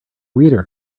reader